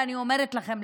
ואני אומרת לכם,